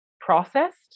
processed